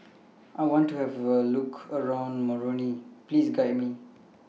I want to Have A Look around Moroni Please Guide Me